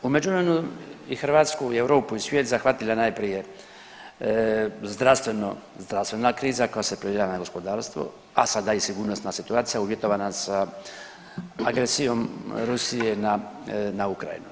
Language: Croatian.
U međuvremenu i Hrvatsku i Europu i svijet zahvatila najprije zdravstveno, zdravstvena kriza koja se prelila na gospodarstvo, a sada i sigurnosna situacija uvjetovana sa agresijom Rusije na, na Ukrajinu.